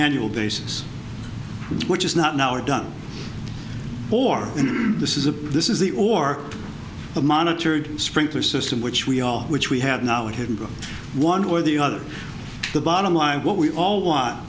annual basis which is not now or done more and this is a this is the or the monitored sprinkler system which we all which we have now a hint of one or the other the bottom line what we all want